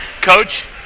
coach